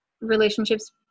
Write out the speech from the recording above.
relationships